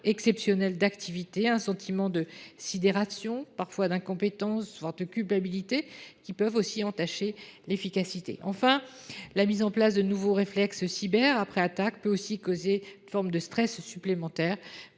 exceptionnelle d’activité, un sentiment de sidération, parfois d’incompétence, voire de culpabilité, qui peuvent aussi entacher l’efficacité. La mise en place de nouveaux réflexes cyber après attaque peut également causer une forme de stress supplémentaire